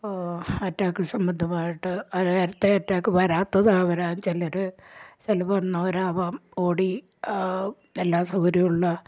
attack സംബന്ധമായിട്ട് നേരത്തെ attack വരാത്തതാവാം ചിലർ ചില വന്നവരാവാം ഓടി എല്ലാ സൗകര്യവും ഉള്ള